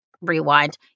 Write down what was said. rewind